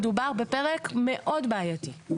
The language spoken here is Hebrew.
מדובר בפרק מאוד בעייתי.